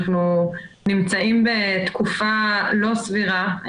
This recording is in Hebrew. אנחנו נמצאים בתקופה לא סבירה.